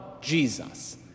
Jesus